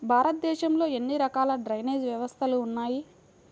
భారతదేశంలో ఎన్ని రకాల డ్రైనేజ్ వ్యవస్థలు ఉన్నాయి?